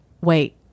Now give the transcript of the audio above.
wait